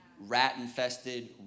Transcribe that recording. rat-infested